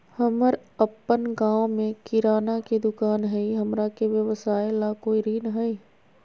हमर अपन गांव में किराना के दुकान हई, हमरा के व्यवसाय ला कोई ऋण हई?